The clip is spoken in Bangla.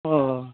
ও হো